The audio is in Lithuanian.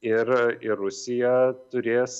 ir ir rusija turės